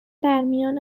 درمیان